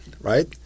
Right